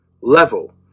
level